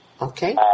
Okay